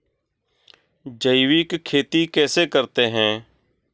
जैविक खेती कैसे करते हैं?